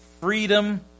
freedom